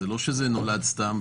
זה לא נולד סתם,